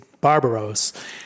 Barbaros